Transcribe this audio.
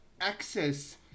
access